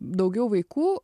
daugiau vaikų